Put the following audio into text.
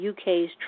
UK's